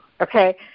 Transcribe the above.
okay